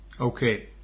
Okay